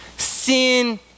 Sin